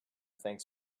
thanks